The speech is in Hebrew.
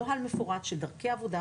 נוהל מפורט של דרכי עבודה,